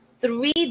three